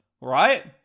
Right